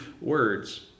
words